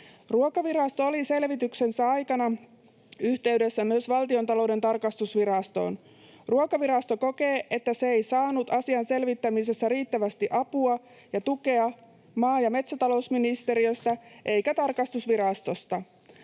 Ruokavirasto oli selvityksensä aikana yhteydessä myös Valtiontalouden tarkastusvirastoon. Ruokavirasto kokee, että se ei saanut asian selvittämisessä riittävästi apua ja tukea maa- ja metsätalousministeriöstä eikä tarkastusvirastosta.